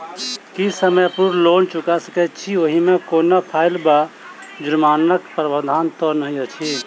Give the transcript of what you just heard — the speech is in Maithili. की समय पूर्व लोन चुका सकैत छी ओहिमे कोनो फाईन वा जुर्मानाक प्रावधान तऽ नहि अछि?